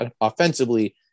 offensively